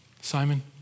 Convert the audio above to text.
Simon